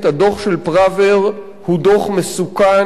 הדוח של פראוור הוא דוח מסוכן,